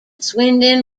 swindon